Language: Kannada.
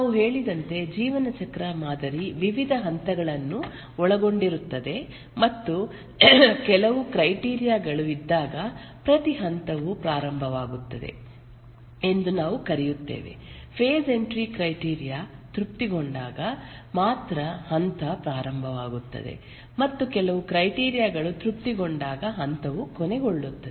ನಾವು ಹೇಳಿದಂತೆ ಜೀವನ ಚಕ್ರ ಮಾದರಿ ವಿವಿಧ ಹಂತಗಳನ್ನು ಒಳಗೊಂಡಿರುತ್ತದೆ ಮತ್ತು ಕೆಲವು ಕ್ರೈಟೀರಿಯ ಗಳು ಇದ್ದಾಗ ಪ್ರತಿ ಹಂತವು ಪ್ರಾರಂಭವಾಗುತ್ತದೆ ಎಂದು ನಾವು ಕರೆಯುತ್ತೇವೆ ಫೆಸ್ ಎಂಟ್ರಿ ಕ್ರೈಟೀರಿಯ ತೃಪ್ತಿಗೊಂಡಾಗ ಮಾತ್ರ ಹಂತ ಪ್ರಾರಂಭವಾಗುತ್ತದೆ ಮತ್ತು ಕೆಲವು ಕ್ರೈಟೀರಿಯ ಗಳು ತೃಪ್ತಿಗೊಂಡಾಗ ಹಂತವು ಕೊನೆಗೊಳ್ಳುತ್ತದೆ